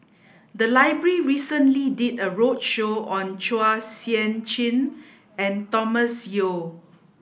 the library recently did a roadshow on Chua Sian Chin and Thomas Yeo